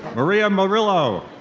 maria murillo.